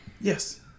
yes